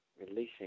releasing